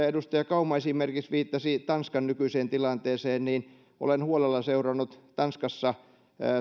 edustaja kauma esimerkiksi viittasi tanskan nykyiseen tilanteeseen niin olen huolella seurannut tanskassa